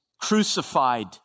crucified